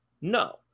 No